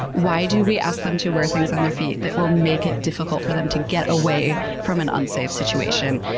why do we ask them to wear things on their feet that will make it difficult for them to get away from an unsafe situation?